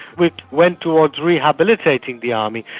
which went towards rehabilitating the army.